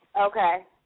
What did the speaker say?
Okay